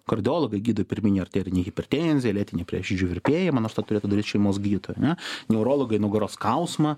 kardiologai gydo pirminę arterinę hipertenziją lėtinį prieširdžių virpėjimą nors to turėtų daryt šeimos gydytojai ane neurologai nugaros skausmą